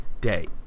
day